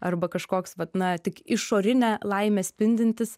arba kažkoks vat na tik išorinė laime spindintis